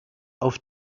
auf